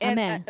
Amen